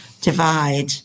divide